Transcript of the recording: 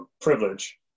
privilege